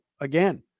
again